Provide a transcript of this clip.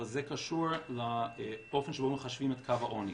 אבל זה קשור לאופן שבו מחשבים את קו העוני.